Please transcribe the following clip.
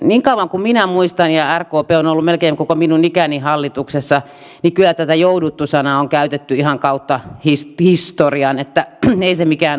niin kauan kuin minä muistan ja rkp on ollut melkein koko minun ikäni hallituksessa kyllä tätä jouduttu sanaa on käytetty ihan kautta historian ei se mikään uutuus ole